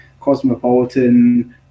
cosmopolitan